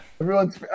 everyone's